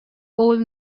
old